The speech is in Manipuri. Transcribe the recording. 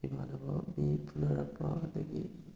ꯏꯃꯥꯟꯅꯕ ꯃꯤ ꯐꯨꯅꯔꯛꯄ ꯑꯗꯒꯤ